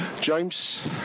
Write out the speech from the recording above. James